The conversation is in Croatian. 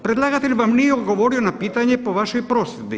Predlagatelj vam nije odgovori na pitanje po vašoj prosudbi.